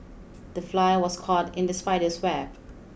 the fly was caught in the spider's web